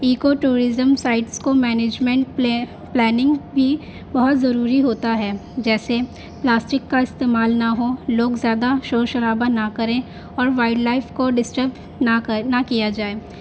اکو tourism sites کو management planning بھی بہت ضروری ہوتا ہے جیسے پلاسٹک کا استعمال نہ ہو لوگ زیادہ شور شرابا نہ کریں اور وائلڈ لائف کو ڈسٹرب نہ کر نہ کیا جائے